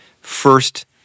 first